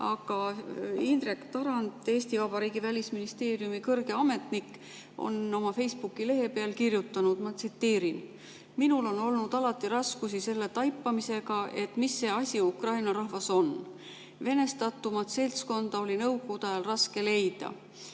Aga Indrek Tarand, Eesti Vabariigi Välisministeeriumi kõrge ametnik, on oma Facebooki lehe peal kirjutanud, ma tsiteerin: "Minul on olnud alati raskusi selle taipamisega, et mis asi see ukraina rahvas on. Venestatumat seltskonda oli nõukogude ajal raske leida